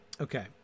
Okay